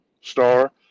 star